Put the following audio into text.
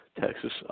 Texas